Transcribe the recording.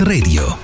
Radio